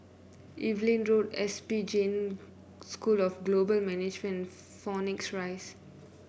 Evelyn Road S P Jain School of Global Management and Phoenix Rise